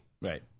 Right